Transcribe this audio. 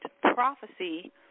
prophecy